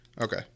okay